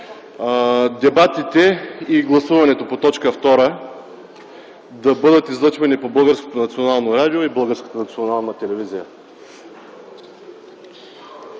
дебатите и гласуването по точка втора да бъдат излъчвани по Българското